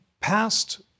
passed